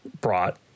brought